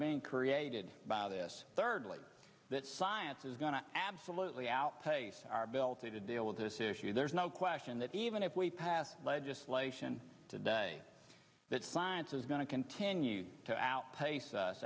being created by this thirdly that science is going to absolutely outpace our ability to deal with this issue there's no question that even if we pass legislation today that science is going to continue to outpace us